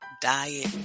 diet